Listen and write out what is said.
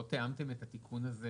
לא תיאמתם את התיקון הזה